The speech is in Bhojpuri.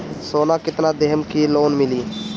सोना कितना देहम की लोन मिली?